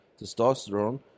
testosterone